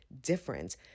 different